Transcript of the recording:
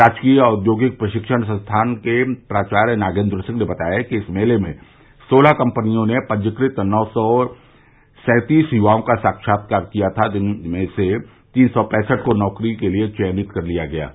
राजकीय औद्योगिक प्रशिक्षण संस्थान के प्रधानाचार्य नागेन्द्र सिंह ने बताया कि इस मेले में सोलह कम्पनियों ने पंजीकृत नौ सौ सैतीस युवाओं का साक्षात्कार किया था जिनमें से तीन सौ पैसठ को नौकरी के लिए चयनित कर लिया गया है